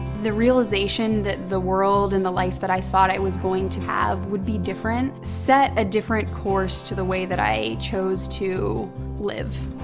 the realization that the world and the life that i thought i was going to have would be different set a different course to the way that i chose to live.